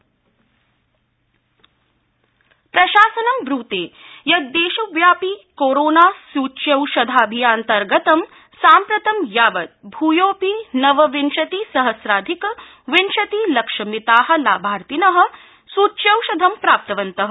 corona सूच्यौषध स्थिति प्रशासनं ब्रूते यत् देशव्यापि कोरोना सूच्यौषधाभियानान्तर्गतं साम्प्रंत यावत् भूयोपि नवविंशति सहस्राधिक विंशति लक्षमिता लाभार्थिन सुच्यौषधं प्राप्तवन्तः